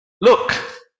Look